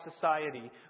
society